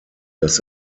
das